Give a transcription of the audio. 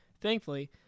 Thankfully